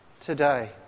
today